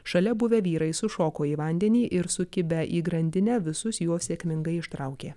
šalia buvę vyrai sušoko į vandenį ir sukibę į grandinę visus juos sėkmingai ištraukė